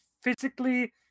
physically